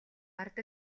ард